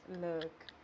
look